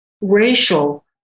racial